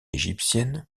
égyptienne